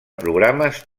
programes